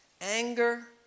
anger